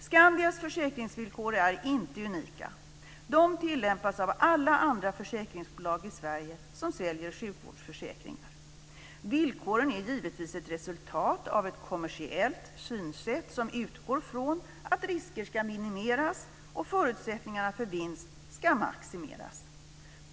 Skandias försäkringsvillkor är inte unika. De tilllämpas av alla andra försäkringsbolag i Sverige som säljer sjukvårdsförsäkringar. Villkoren är givetvis ett resultat av ett kommersiellt synsätt som utgår från att risker ska minimeras och att förutsättningarna för vinst ska maximeras.